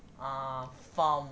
ah farm